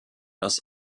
das